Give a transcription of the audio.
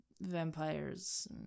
vampires